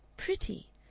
pretty!